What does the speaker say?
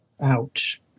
Ouch